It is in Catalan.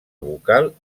vocal